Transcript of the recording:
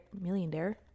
millionaire